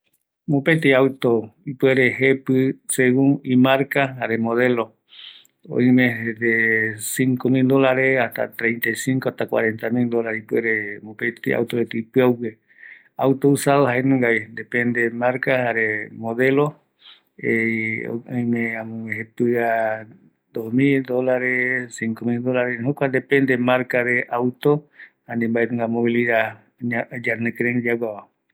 Mopetɨ auto jepɨ, imarca, jare modelo rupi, pandepoetaeta, mokoipaeta pandepoeta, mboapɨpaeta pandepoeta, irundɨpaeta rupi, kua dólar pe, auto usado oime mokoieta, pndepoeta